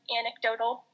anecdotal